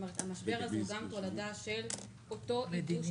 המשבר הזה הוא גם תולדה של אותו ייבוש